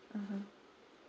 (uh huh)